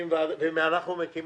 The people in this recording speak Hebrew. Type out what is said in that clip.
במקביל אנחנו נצא